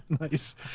Nice